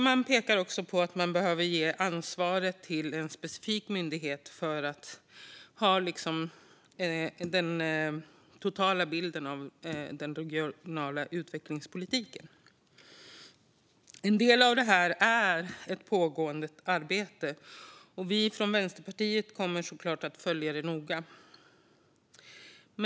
Man pekar också på att en specifik myndighet behöver ges ansvaret för att ha den totala bilden av den regionala utvecklingspolitiken. En del av detta är pågående arbete, och vi från Vänsterpartiet kommer såklart att följa det noga.